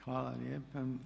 Hvala lijepa.